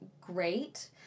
great